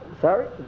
sorry